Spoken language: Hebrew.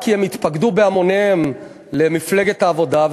כי הם התפקדו בהמוניהם למפלגת העבודה,